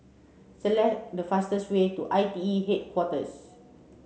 select the fastest way to I T E Headquarters